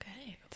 Okay